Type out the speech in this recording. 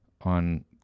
on